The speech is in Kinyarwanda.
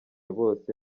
bose